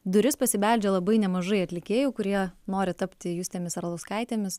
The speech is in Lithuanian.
duris pasibeldžia labai nemažai atlikėjų kurie nori tapti justėmis arlauskaitėmis